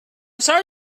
sorry